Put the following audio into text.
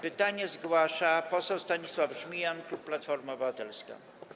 Pytanie zgłasza poseł Stanisław Żmijan, klub Platforma Obywatelska.